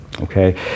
Okay